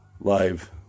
live